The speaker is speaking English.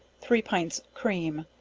three pints cream,